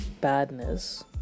badness